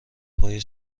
پای